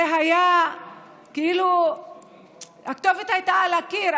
זה היה כאילו הכתובת הייתה על הקיר,